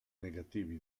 negativi